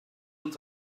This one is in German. uns